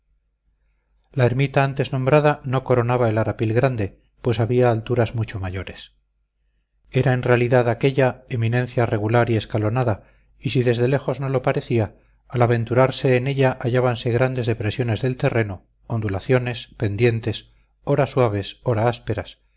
la ermita antes nombrada no coronaba el arapil grande pues había alturas mucho mayores era en realidad aquella eminencia regular y escalonada y si desde lejos no lo parecía al aventurarse en ella hallábanse grandes depresiones del terreno ondulaciones pendientes ora suaves ora ásperas